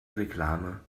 reklame